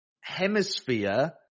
hemisphere